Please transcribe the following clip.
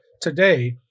today